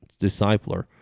discipler